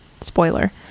Spoiler